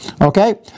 okay